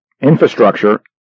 Infrastructure